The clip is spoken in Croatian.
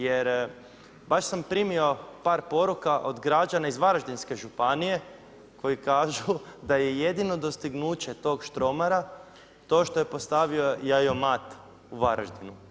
Jer baš sam primio par poruka od građana iz Varaždinske županije koji kažu da je jedino dostignuće tog Štromara to što je postavio jajomat u Varaždinu.